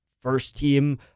first-team